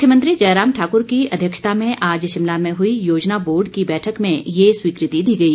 मुख्यमंत्री जयराम ठाकर की अध्यक्षता में आज शिमला में हई योजना बोर्ड की बैठक में ये स्वीकृति दी गई